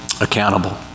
accountable